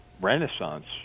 renaissance